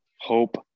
hope